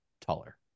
taller